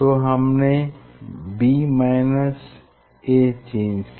तो हमने b a change किया